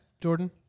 Jordan